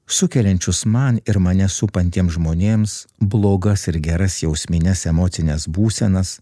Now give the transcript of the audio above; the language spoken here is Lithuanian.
sukeliančius man ir mane supantiems žmonėms blogas ir geras jausmines emocines būsenas